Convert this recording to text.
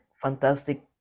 Fantastic